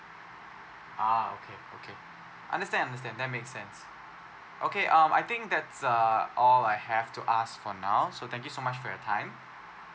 ah okay okay understand understand that makes sense okay um I think that's uh all I have to ask for now so thank you so much for your time